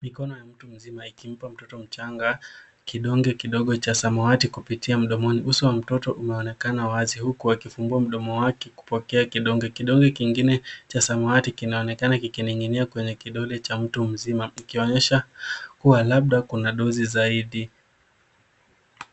Mikono ya mtu mzima ikimpa mtoto mchanga kidonge kidogo cha samawati kupitia mdomoni. Uso wa mtoto unaonekana wazi huku akifungua mdomo wake kupokea kidonge. Kidonge kingine cha samawati kinaonekana kikining'inia kwenye kidole cha mtu mzima ikionyesha kuwa labda kuna dozi zaidi.